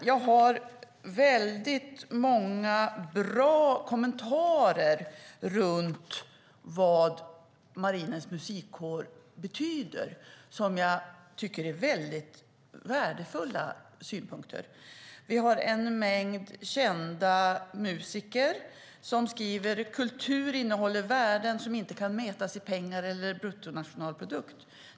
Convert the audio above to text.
Jag har många fått bra kommentarer gällande vad Marinens Musikkår betyder, och jag tycker att de är värdefulla. En mängd kända musiker skriver: "Kultur innehåller värden som inte kan mätas i pengar eller BNP.